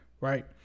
right